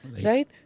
Right